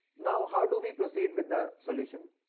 now how do we proceed with the solution?